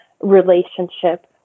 relationship